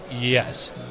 yes